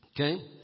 Okay